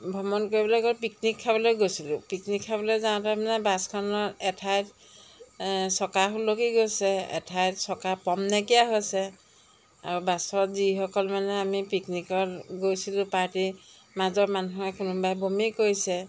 ভ্ৰমণ কৰিবলৈ গৈ পিকনিক খাবলৈ গৈছিলোঁ পিকনিক খাবলৈ যাওঁতে মানে বাছখন এঠাইত চকা সুলকি গৈছে এঠাইত চকা পম নাইকিয়া হৈছে আৰু বাছত যিসকল মানে আমি পিকনিকত গৈছিলোঁ পাৰ্টি মাজৰ মানুহে কোনোবাই বমি কৰিছে